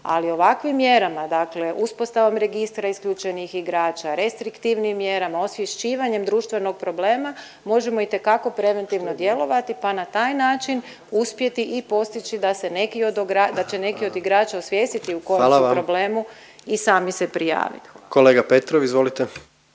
ali ovakvim mjerama dakle uspostavom registra isključenih igrača, restriktivnim mjerama, osvješćivanjem društvenog problema možemo itekako preventivno djelovati pa na taj način uspjeti i postići da se neki od, da će neki od igrača osvijestiti u kojem su problemu … …/Upadica predsjednik: Hvala